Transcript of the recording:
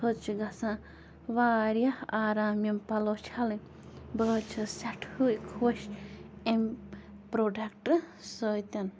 حظ چھِ گژھان واریاہ آرام یِم پَلو چھَلٕنۍ بہٕ حظ چھس سٮ۪ٹھہٕے خۄش اَمہِ پرٛوڈَکٹ سۭتۍ